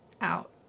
out